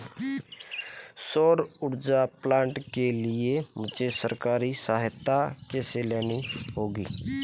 सौर ऊर्जा प्लांट के लिए मुझे सरकारी सहायता कैसे लेनी होगी?